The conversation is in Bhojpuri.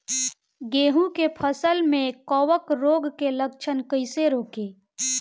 गेहूं के फसल में कवक रोग के लक्षण कईसे रोकी?